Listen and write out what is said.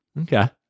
Okay